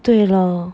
对 lor